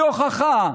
בלי הוכחה,